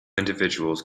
individuals